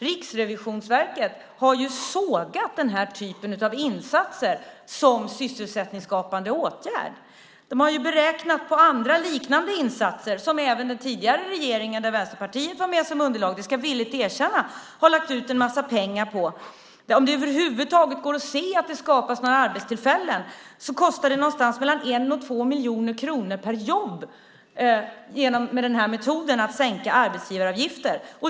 Riksrevisionen har ju sågat den typen av insatser som sysselsättningsskapande åtgärder. De har räknat på andra liknande insatser, som även den tidigare regeringen, där Vänsterpartiet var med som underlag - det ska jag villigt erkänna - har lagt ut en massa pengar på, för att se om det över huvud taget skapas några arbetstillfällen. Det kostar något mellan 1 och 2 miljoner kronor per jobb med metoden att sänka arbetsgivaravgifter.